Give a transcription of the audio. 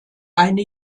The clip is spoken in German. eine